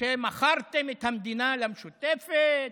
שמכרתם את המדינה למשותפת,